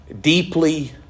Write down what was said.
deeply